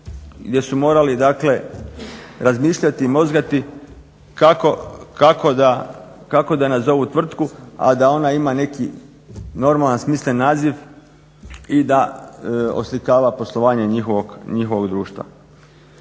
gdje su morali dakle razmišljati i mozgati kako da nazovu tvrtku, a da ona ima neki normalan smislen naziv i da oslikava poslovanje njihovog društva.